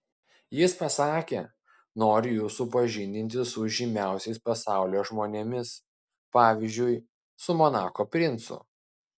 jis pasakė noriu jus supažindinti su žymiausiais pasaulio žmonėmis pavyzdžiui su monako princu